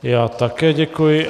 Já také děkuji.